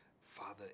father